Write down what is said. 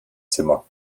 zimmer